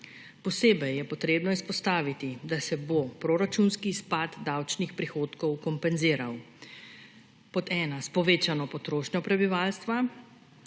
Posebej je potrebno izpostaviti, da se bo proračunski izpad davčnih prihodkov kompenziral, pod ena, s povečano potrošnjo prebivalstva,